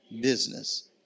business